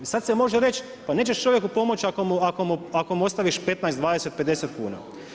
I sad se može reći, pa nećeš čovjeku pomoći ako mu ostaviš 15, 20, 50 kn.